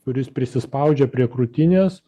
kuris prisispaudžia prie krūtinės